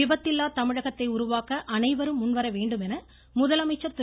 விபத்தில்லா தமிழகத்தை உருவாக்க அனைவரும் முன்வரவேண்டும் என முதலமைச்சர் திரு